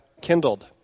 kindled